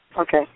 Okay